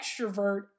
extrovert